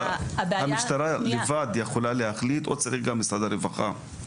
המשטרה לבד יכולה להחליט או צריך גם את משרד הרווחה?